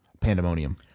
Pandemonium